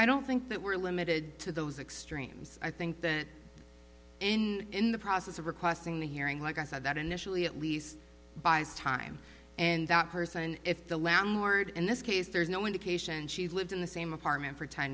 i don't think that we're limited to those extremes i think that in in the process of requesting the hearing like i said that initially at least buys time and that person if the landlord in this case there's no indication she's lived in the same apartment for ten